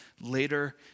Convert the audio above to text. later